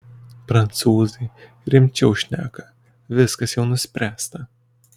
prancūzai rimčiau šneka viskas jau nuspręsta